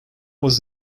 was